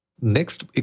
Next